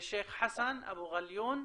שייח' חסן אבו עליון.